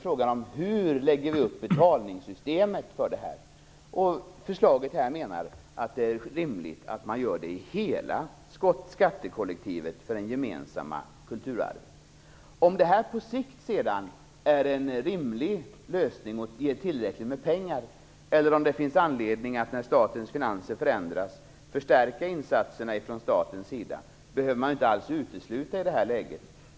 Frågan är hur vi lägger upp betalningssystemet. Vi menar i det här förslaget att det är rimligt att göra det i hela skattekollektivet för det gemensamma kulturarvet. Om detta sedan på sikt är en rimlig lösning som ger tillräckligt med pengar, eller om det finns anledning att förstärka insatserna från statens sida när statens finanser förändras, behöver man inte besluta i det här läget.